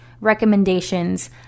recommendations